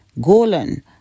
Golan